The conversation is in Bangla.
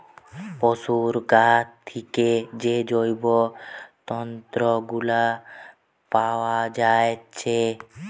পোশুর গা থিকে যে জৈব তন্তু গুলা পাআ যাচ্ছে